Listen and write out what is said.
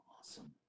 Awesome